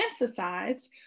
emphasized